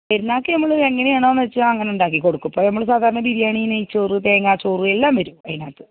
പെരുന്നാൾക്ക് നമ്മൾ എങ്ങനെ വേണംന്ന് വെച്ചാൽ അങ്ങനെ ഉണ്ടാക്കിക്കൊടുക്കും ഇപ്പോൾ നമ്മൾ സാധാരണ ബിരിയാണി നെയ്ച്ചോറ് തേങ്ങാച്ചോറ് എല്ലാം വരും അതിനകത്ത്